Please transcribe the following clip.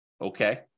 Okay